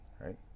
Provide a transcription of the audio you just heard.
right